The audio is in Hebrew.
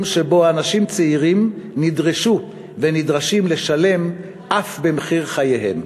שבו אנשים צעירים נדרשו ונדרשים לשלם אף במחיר חייהם.